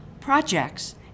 projects